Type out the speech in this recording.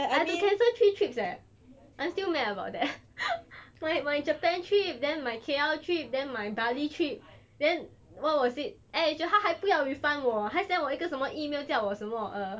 I have to cancel three trips leh I'm still mad about that my my japan trip then my K_L trip then my bali trip then what was it AirAsia 他还不要 refund 我还 send 我一个什么 email 叫我什么 err